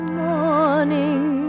morning